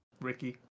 Ricky